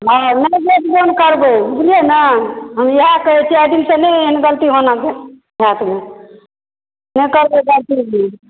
नहि नहि गेट बन्द करबै बुझलियै ने हम इएह कहै छी आइ दिन सॅ नहि एहन गलती होना चाही नहि करबै बन्द